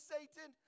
Satan